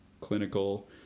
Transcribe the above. clinical